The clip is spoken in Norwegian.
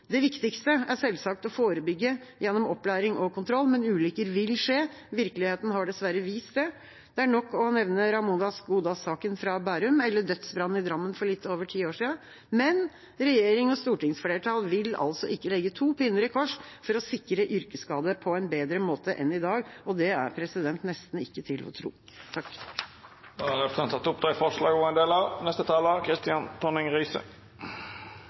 Det viktigste er selvsagt å forebygge gjennom opplæring og kontroll, men ulykker vil skje. Virkeligheten har dessverre vist det. Det er nok å nevne Ramunas Gudas-saken fra Bærum eller dødsbrannen i Drammen for litt over ti år siden. Men regjeringa og stortingsflertallet vil altså ikke legge to pinner i kors for å sikre yrkesskadde på en bedre måte enn i dag. Det er nesten ikke til å tro. Representanten Lise Christoffersen har teke opp